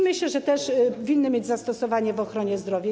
Myślę, że one też winny mieć zastosowanie w ochronie zdrowia.